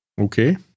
Okay